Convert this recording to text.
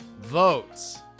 votes